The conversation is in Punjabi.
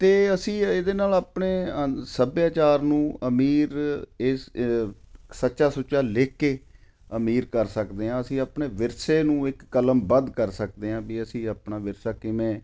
ਅਤੇ ਅਸੀਂ ਇਹਦੇ ਨਾਲ ਆਪਣੇ ਸੱਭਿਆਚਾਰ ਨੂੰ ਅਮੀਰ ਇਸ ਸੱਚਾ ਸੁੱਚਾ ਲਿਖ ਕੇ ਅਮੀਰ ਕਰ ਸਕਦੇ ਹਾਂ ਅਸੀਂ ਆਪਣੇ ਵਿਰਸੇ ਨੂੰ ਇੱਕ ਕਲਮਬੱਧ ਕਰ ਸਕਦੇ ਹਾਂ ਵੀ ਅਸੀਂ ਆਪਣਾ ਵਿਰਸਾ ਕਿਵੇਂ